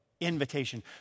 Invitation